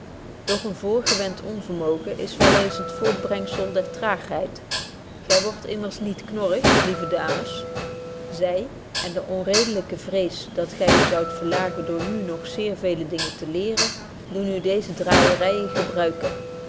doch een voorgewend onvermogen is wel eens het voortbrengzel der traagheid gy wordt immers niet knorrig lieve dames zy en de onredelyke vrees dat gy u zoudt verlagen door nu nog zeer vele dingen te leren doen u deeze draaijeryen gebruiken